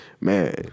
Man